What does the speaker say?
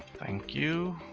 thank you.